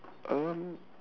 um